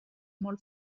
molt